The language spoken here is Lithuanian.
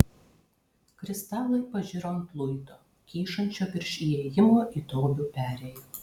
kristalai pažiro ant luito kyšančio virš įėjimo į tobių perėją